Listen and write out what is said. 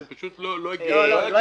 זה פשוט לא הגיוני.